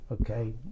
okay